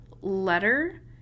letter